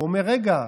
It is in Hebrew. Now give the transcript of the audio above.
הוא אומר: רגע,